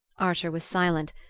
archer was silent,